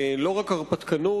לא רק הרפתקנות,